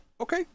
okay